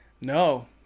No